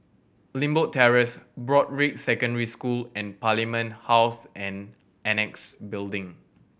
Limbok Terrace Broadrick Secondary School and Parliament House and Annexe Building